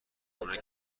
خونه